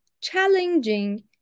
challenging